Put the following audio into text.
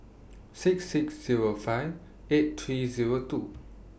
six six Zero five eight three Zero two